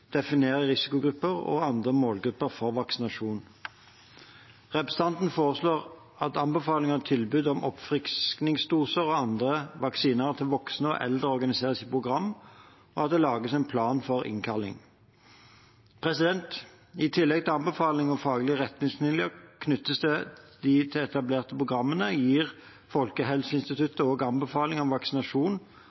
definerer risikogrupper og andre målgrupper for vaksinasjon. Representantene foreslår at anbefalinger og tilbud om oppfriskningsdoser og andre vaksiner til voksne og eldre organiseres i program, og at det lages en plan for innkalling. I tillegg til anbefalinger og faglige retningslinjer knyttet til de etablerte programmene gir Folkehelseinstituttet anbefalinger om vaksinasjon